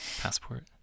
passport